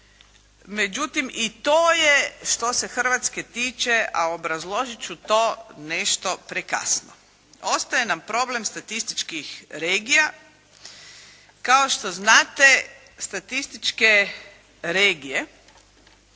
međutim i to je što se Hrvatske tiče, a obrazložit ću to, nešto prekasno. Ostaje nam problem statističkih regija. Kao što znate statističke regije